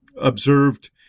observed